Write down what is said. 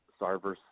Sarver